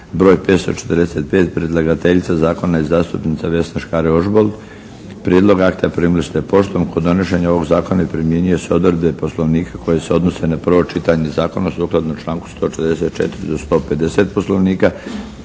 br. 545 Predlagateljica Zakona je zastupnica Vesna Škare Ožbolt.